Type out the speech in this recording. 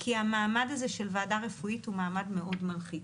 כי המעמד הזה של ועדה רפואית הוא מעמד מאוד מלחיץ.